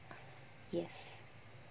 yes